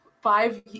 five